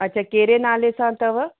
अच्छा कहिड़े नाले सां अथव